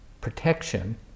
protection